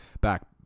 back